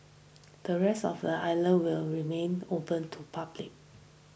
the rest of the island will remain open to public